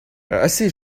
assez